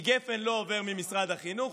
כי גפ"ן לא עובר ממשרד החינוך,